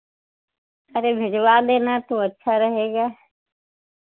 अरे भिजवा देना तो अच्छा रहेगा